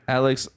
alex